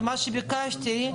מה שביקשתי,